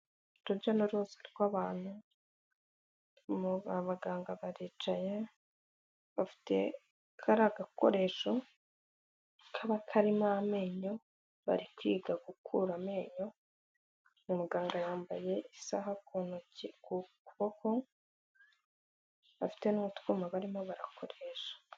Urujya n'uruza rw'abantu, abaganga baricaye, bafite kariya gakoresho kaba karimo amenyo, bari kwiga gukura amenyo, umuganga yambaye isaha ku kuboko, bafite n'utwuma barimo barakoresha.